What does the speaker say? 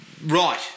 right